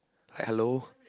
like hello